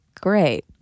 great